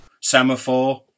Semaphore